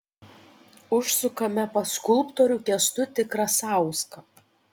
užsukame pas skulptorių kęstutį krasauską